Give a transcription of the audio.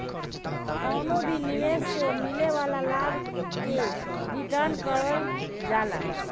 कवनो भी निवेश से मिले वाला लाभ के रिटर्न कहल जाला